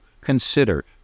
consider